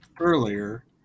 earlier